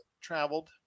traveled